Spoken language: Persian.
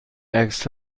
عکس